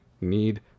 need